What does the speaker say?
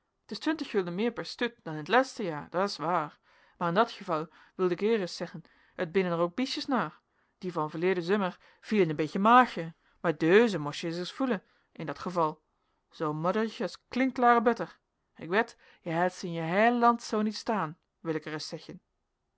t is twintig gulden meer per stut dan in t leste jaer dat s waer maer in dat geval wil ik ereis zeggen het binnen er ook biestjes naer die van verleden zeumer vielen een beetje mager maar deuze mostje ereis voelen in dat geval zoo modderig als klinkklare butter ik wed je heit ze in je hiele land zoo niet staen wil ik er ereis zeggen